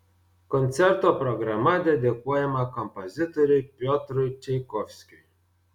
koncerto programa dedikuojama kompozitoriui piotrui čaikovskiui